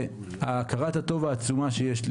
הכרת טובה עצומה יש לי